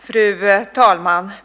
Fru talman!